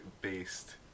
based